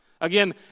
Again